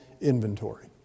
inventory